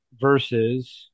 versus